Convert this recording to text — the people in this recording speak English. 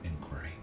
inquiry